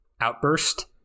outburst